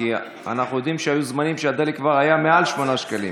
כי אנחנו יודעים שהיו זמנים שבהם הדלק כבר היה מעל 8 שקלים.